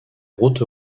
routes